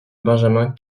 benjamin